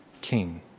King